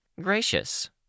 Gracious